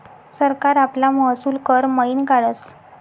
सरकार आपला महसूल कर मयीन काढस